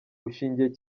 bushingiye